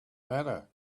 matter